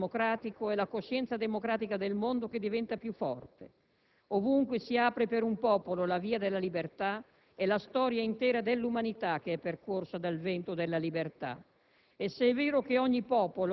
Ovunque cresce il dialogo democratico è la coscienza democratica del mondo che diventa più forte; ovunque si apre per un popolo la via della libertà, è la storia intera dell'umanità che è percorsa dal vento della libertà.